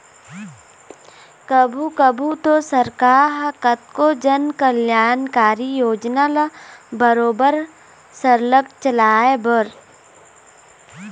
कभू कभू तो सरकार ह कतको जनकल्यानकारी योजना ल बरोबर सरलग चलाए बर